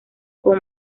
con